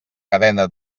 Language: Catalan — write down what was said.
cadena